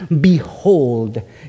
Behold